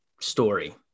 story